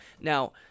now